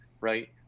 right